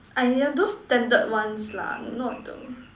!aiya! those standard ones lah not the